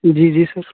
जी जी सर